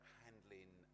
handling